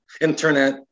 internet